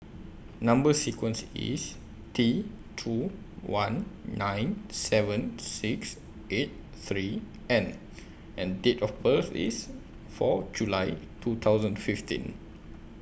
Number sequence IS T two one nine seven six eight three N and Date of birth IS four July two thousand fifteen